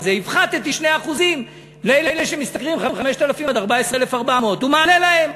הפחתתי 2% לאלה שמשתכרים 5,000 14,400. הוא מעלה להם.